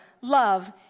love